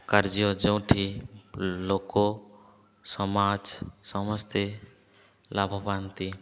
କାର୍ଯ୍ୟ ଯେଉଁଠି ଲୋକ ସମାଜ ସମସ୍ତେ ଲାଭପାଆନ୍ତି